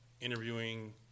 interviewing